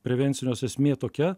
prevencijos esmė tokia